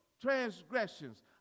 transgressions